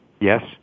Yes